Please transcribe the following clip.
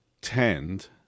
tend